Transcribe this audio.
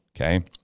okay